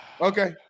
Okay